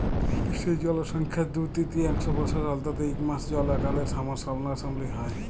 বিশ্বের জলসংখ্যার দু তিরতীয়াংশ বসরে অল্তত ইক মাস জল আকালের সামলাসামলি হ্যয়